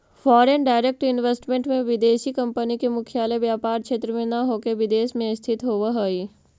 foreign direct investment में विदेशी कंपनी के मुख्यालय व्यापार क्षेत्र में न होके विदेश में स्थित होवऽ हई